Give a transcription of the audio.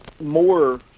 more